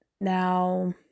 now